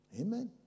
Amen